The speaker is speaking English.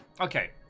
Okay